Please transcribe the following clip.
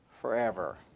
forever